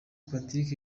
patrick